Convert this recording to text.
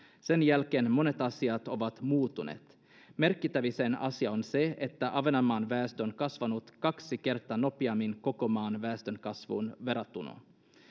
sen jälkeen monet asiat ovat muuttuneet merkittävin asia on se että ahvenanmaan väestö on kasvanut kaksi kertaa nopeammin koko maan väestönkasvuun verrattuna